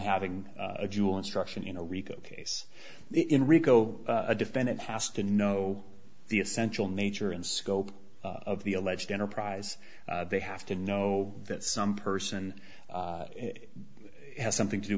having a jewel instruction in a rico case in rico a defendant has to know the essential nature and scope of the alleged enterprise they have to know that some person has something to do